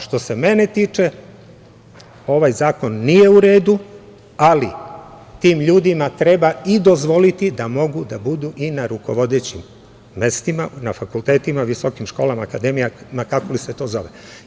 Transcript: Što se mene tiče, ovaj zakon nije u redu, ali tim ljudima treba i dozvoliti da mogu da budu i na rukovodećim mestima, na fakultetima, visokim školama, akademijama, kako li se to zove.